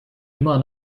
immer